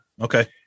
okay